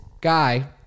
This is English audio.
guy